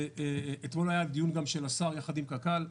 אתמול היה דיון של השר יחד עם קק"ל.